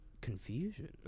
Confusion